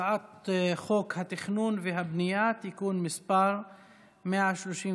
הצעת חוק התכנון והבנייה (תיקון מס' 136),